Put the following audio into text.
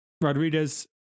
Rodriguez